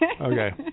Okay